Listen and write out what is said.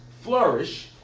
flourish